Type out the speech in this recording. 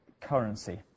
currency